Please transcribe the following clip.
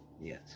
Yes